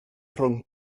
rhwng